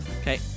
Okay